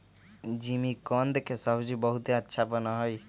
जिमीकंद के सब्जी बहुत अच्छा बना हई